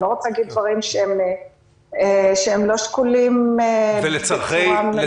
אני לא רוצה להגיד דברים שהם לא שקולים בצורה מלאה.